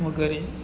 વગેરે